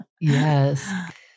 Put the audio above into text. Yes